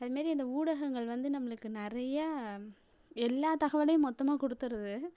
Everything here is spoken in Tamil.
அது மாரி இந்த ஊடகங்கள் வந்து நம்மளுக்கு நிறையா எல்லா தகவலையும் மொத்தமாக கொடுத்துருது